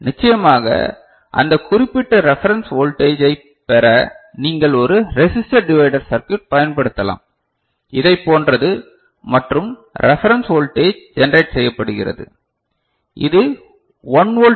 நிச்சயமாக அந்த குறிப்பிட்ட ரெபரென்ஸ் வோல்டேஜெய்ப் பெற நீங்கள் ஒரு ரெஸிஸ்டர் டிவைடர் சர்கியூட் பயன்படுத்தலாம் இதை போன்றது மற்றும் ரெபரன்ஸ் வோல்டேஜ் ஜெனரேட் செய்யப்படுகிறது இது 1 வோல்ட் டி